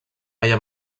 allà